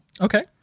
Okay